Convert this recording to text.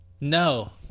no